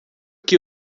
que